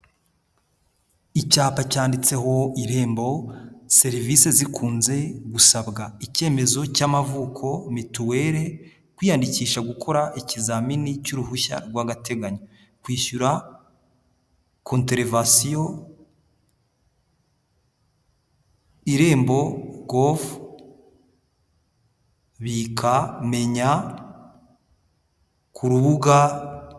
Icyapa cyanditseho irembo, serivisi zikunze gusabwa, icyemezo cy'amavuko, mituweli, kwiyandikisha gukora ikizamini cy'uruhushya rw'agateganyo, kwishyura conterevasiyo, irembo govu, bika, menya, ku rubuga.